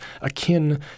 akin